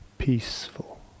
Peaceful